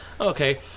okay